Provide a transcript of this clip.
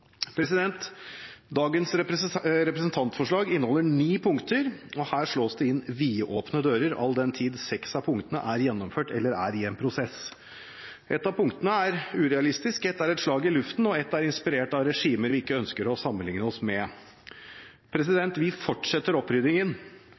Dagens representantforslag inneholder ni punkter. Her slås det inn vidåpne dører, all den tid seks av punktene er gjennomført eller er i en prosess. Et av punktene er urealistisk, et er et slag i luften og et er inspirert av regimer vi ikke ønsker å sammenligne oss med. Vi fortsetter oppryddingen.